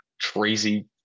crazy